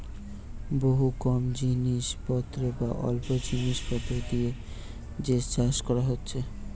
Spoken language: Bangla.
বহুত কম জিনিস পত্র বা অল্প জিনিস পত্র দিয়ে যে চাষ কোরা হচ্ছে